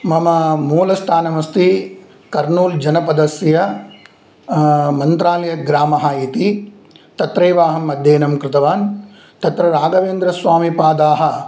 मम मूलस्थानमस्ति कर्नूल् जनपदस्य मन्त्रालयग्रामः इति तत्रैव अहम् अध्ययनं कृतवान् तत्र राघवेन्द्रस्वामिपादाः